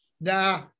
nah